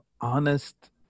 honest